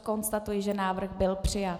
Konstatuji, že návrh byl přijat.